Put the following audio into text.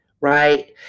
Right